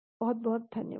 बहुत बहुत धन्यवाद